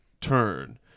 turn